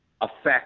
affect